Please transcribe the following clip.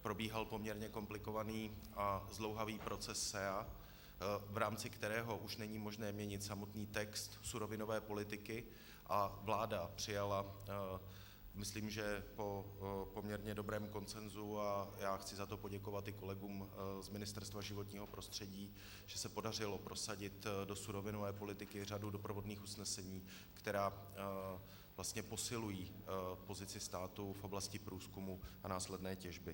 Probíhal poměrně komplikovaný zdlouhavý proces SEA, v rámci kterého už není možné měnit samotný text surovinové politiky, a vláda přijala myslím, že po poměrně dobrém konsenzu, a já chci za to poděkovat i kolegům z Ministerstva životního prostředí, že se podařilo prosadit do surovinové politiky řadu doprovodných usnesení, která vlastně posilují pozici státu v oblasti průzkumu a následné těžby.